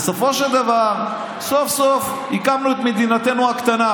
בסופו של דבר, סוף-סוף, הקמנו את מדינתנו הקטנה.